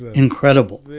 incredible.